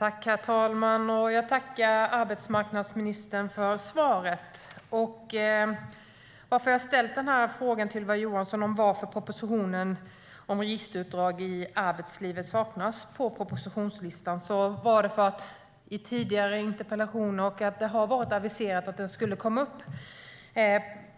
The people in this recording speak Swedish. Herr talman! Jag tackar arbetsmarknadsministern för svaret. Att jag har ställt den här frågan till Ylva Johansson om varför propositionen om registerutdrag i arbetslivet saknas på propositionslistan är för att det i tidigare interpellationer har aviserats att den skulle komma